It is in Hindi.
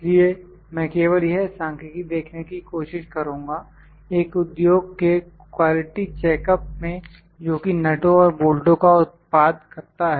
इसलिए मैं केवल यह सांख्यिकी देखने की कोशिश करूँगा एक उद्योग के क्वालिटी चेकअप में जोकि नटों और बोल्टो का उत्पाद करता है